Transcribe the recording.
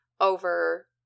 over